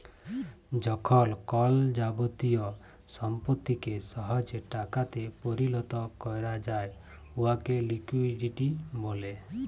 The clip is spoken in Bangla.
যখল কল যাবতীয় সম্পত্তিকে সহজে টাকাতে পরিলত ক্যরা যায় উয়াকে লিকুইডিটি ব্যলে